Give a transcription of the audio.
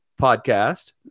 podcast